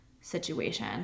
situation